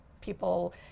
people